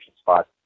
spot